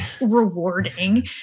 rewarding